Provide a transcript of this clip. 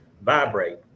vibrate